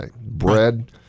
Bread